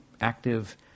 active